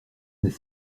n’est